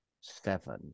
seven